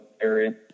area